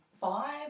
five